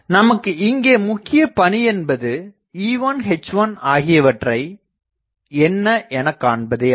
நமக்கு இங்கே முக்கியப் பணி என்பது E1 H1ஆகியவற்றை என்ன எனக் காண்பதே ஆகும்